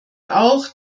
auch